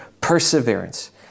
perseverance